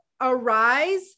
arise